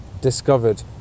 discovered